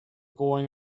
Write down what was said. going